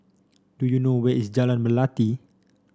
do you know where is Jalan Melati